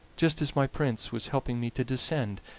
just as my prince was helping me to descend